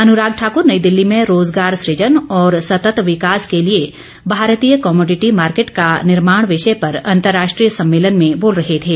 अनुराग ठाकुर नई दिल्ली में रोज़गार सुजन और सतत विकास के लिए भारतीय कमोडिटी मार्केट का निर्माण विषय पर अंतर्राष्ट्रीय सम्मेलन में बोल रहे थे